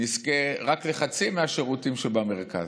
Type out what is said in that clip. נזכה רק לחצי מהשירותים שבמרכז.